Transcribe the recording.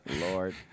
lord